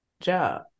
job